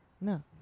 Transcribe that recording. no